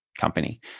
company